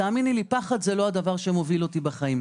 תאמיני לי שפחד זה לא הדבר שמוביל אותי בחיים.